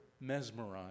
mesmerized